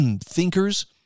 thinkers